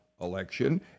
Election